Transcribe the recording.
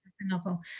Novel